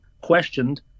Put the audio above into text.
questioned